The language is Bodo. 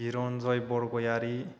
हिरनजय बरगयारि